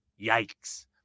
yikes